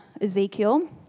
Ezekiel